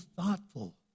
thoughtful